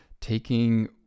taking